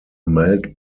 melt